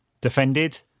defended